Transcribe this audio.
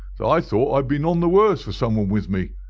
that i thought i'd be none the worse for some one with me.